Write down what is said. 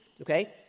okay